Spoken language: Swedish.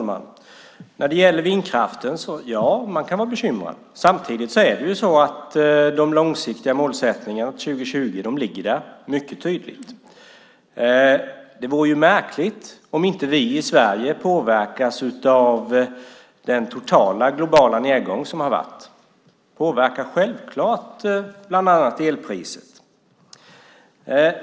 Herr talman! Ja, man kan vara bekymrad när det gäller vindkraften. Men samtidigt finns de långsiktiga målen - 20-20 - mycket tydligt där. Det vore märkligt om vi i Sverige inte skulle påverkas av den totala globala nedgång som har varit. Självklart påverkar den bland annat elpriset.